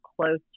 close